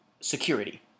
Security